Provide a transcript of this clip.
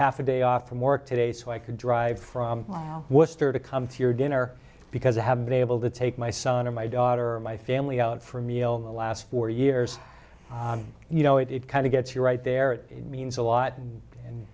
half a day off from work today so i could drive from wow what's there to come to your dinner because i haven't been able to take my son or my daughter or my family out for a meal in the last four years you know it it kind of gets you right there it means a lot and